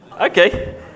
okay